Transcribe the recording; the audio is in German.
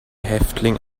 häftling